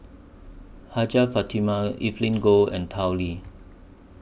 Hajjah Fatimah Evelyn Goh and Tao Li